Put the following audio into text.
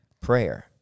prayer